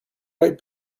right